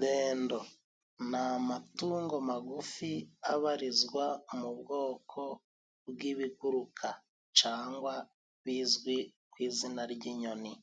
Dendo ni amatungo magufi abarizwa mu bwoko bw'ibiguruka cangwa bizwi ku izina ry'inyoni.